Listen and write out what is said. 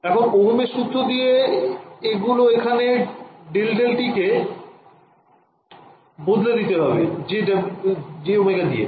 এখন ওহমের সূত্র দিয়ে এগুলো এখানে ∂∂t কে বদলে দিতে হবে jω দিয়ে